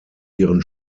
ihren